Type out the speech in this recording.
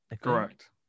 correct